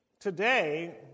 today